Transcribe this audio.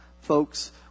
folks